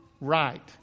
right